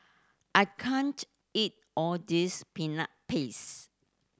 I can't eat all this Peanut Paste